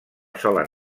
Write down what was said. sola